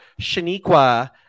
Shaniqua